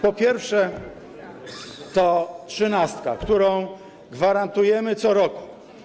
Po pierwsze, to trzynastka, którą gwarantujemy co roku.